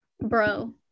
Bro